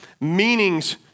meanings